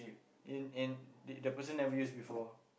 in in the person never use before